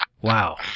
Wow